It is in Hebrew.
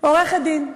עורכת-דין.